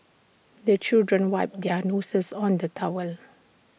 the children wipe their noses on the towel